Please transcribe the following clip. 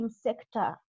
sector